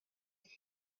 eich